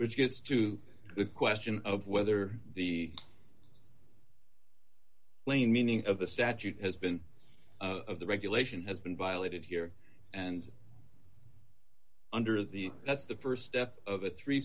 which gets to the question of whether d the plain meaning of the statute has been of the regulation has been violated here and under the that's the st step of a three